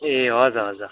ए हजुर हजुर